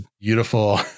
beautiful